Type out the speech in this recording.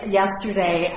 yesterday